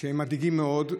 מדאיגים מאוד,